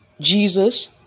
Jesus